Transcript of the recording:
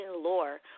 lore